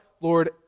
Lord